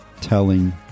telling